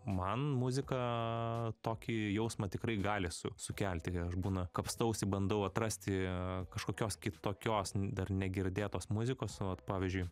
man muzika tokį jausmą tikrai gali su sukelti kai aš būna kapstausi bandau atrasti kažkokios kitokios dar negirdėtos muzikos o vat pavyzdžiui